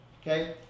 Okay